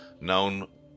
known